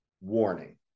WARNING